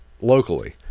locally